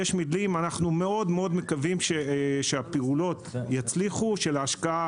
אנחנו מאוד מקווים שהפעולות יצליחו של ההשקעה